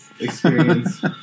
experience